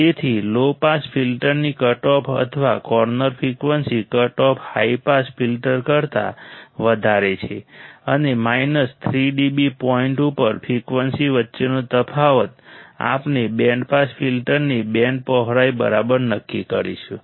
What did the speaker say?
તેથી low pass ફિલ્ટરની cutoff અથવા corner frequency cutoff high pass filter કરતા વધારે છે અને માઈનસ 3 dB પોઈન્ટ ઉપર ફ્રીક્વન્સી વચ્ચેનો તફાવત આપણે બેન્ડ પાસ ફિલ્ટરની બેન્ડ પહોળાઈ બરાબર નક્કી કરીશું